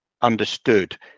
understood